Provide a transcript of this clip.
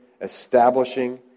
establishing